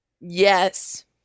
Yes